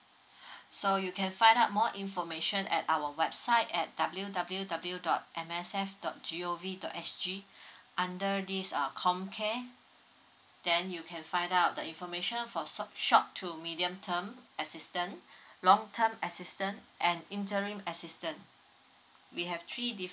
so you can find out more information at our website at W W W dot M S F dot G O V dot S G under this um comcare then you can find out the information for sort short two medium term assistant long time assistant and interim assistant we have three diffrent